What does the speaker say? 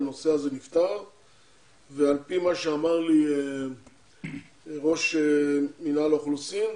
הנושא הזה נפתר ועל פי מה שאמר לי ראש מינהל האוכלוסין,